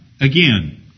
again